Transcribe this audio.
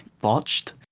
botched